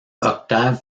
octave